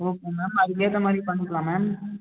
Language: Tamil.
ஓகே மேம் அதுக்கேற்றமாரி பண்ணிக்கலாம் மேம்